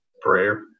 prayer